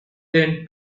then